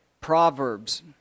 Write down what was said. Proverbs